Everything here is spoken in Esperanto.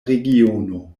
regiono